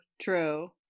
true